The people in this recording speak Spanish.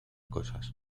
cosas